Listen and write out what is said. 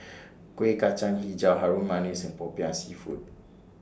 Kuih Kacang Hijau Harum Manis and Popiah Seafood